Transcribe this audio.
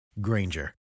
Granger